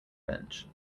bench